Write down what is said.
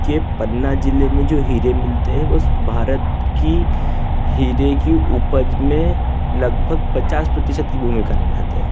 के पन्ना ज़िले में जो हीरे मिलते हैं वो भारत की हीरे की उपज में लगभग पचास प्रतिशत की भूमिका निभाते हैं